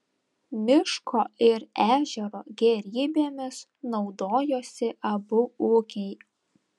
miško ir ežero gėrybėmis naudojosi abu ūkiai